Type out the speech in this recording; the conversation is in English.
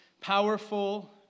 powerful